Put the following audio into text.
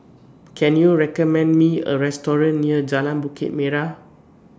Can YOU recommend Me A Restaurant near Jalan Bukit Merah